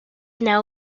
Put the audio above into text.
now